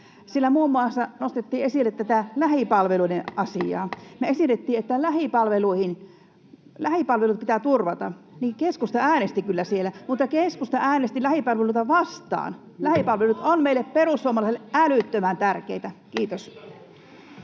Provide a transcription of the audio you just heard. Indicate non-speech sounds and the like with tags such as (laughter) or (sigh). muun muassa nostettiin esille tätä lähipalveluiden asiaa. (noise) Me esitettiin, että lähipalvelut pitää turvata, ja keskusta äänesti kyllä siellä, mutta keskusta äänesti lähipalveluita vastaan. (noise) Lähipalvelut ovat meille perussuomalaisille älyttömän tärkeitä. — Kiitos.